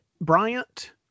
Bryant